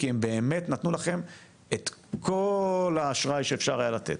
כי הם באמת נתנו לכם את כל האשראי שאפשר היה לתת,